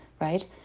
right